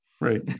Right